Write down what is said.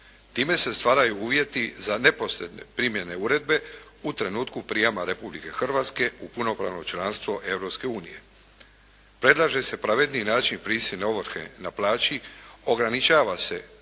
Time se stvaraju uvjeti za neposredne primjene uredbe u trenutku prijama Republike Hrvatske u punopravno članstvo Europske unije. Predlaže se pravedniji način prisilne ovrhe na plaći, ograničava se